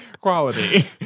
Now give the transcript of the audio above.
quality